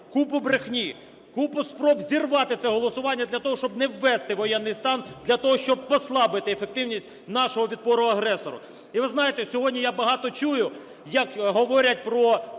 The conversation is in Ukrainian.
Купу брехні, купу спроб зірвати це голосування для того, щоб не ввести воєнний стан, для того, щоб послабити ефективність нашого відпору агресору. І ви знаєте, сьогодні я багато чую, як говорять про